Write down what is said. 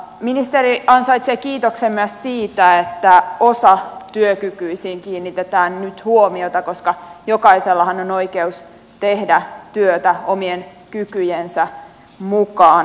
ministeri ansaitsee kiitoksen myös siitä että osatyökykyisiin kiinnitetään nyt huomiota koska jokaisellahan on oikeus tehdä työtä omien kykyjensä mukaan